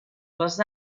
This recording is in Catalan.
les